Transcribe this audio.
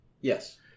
Yes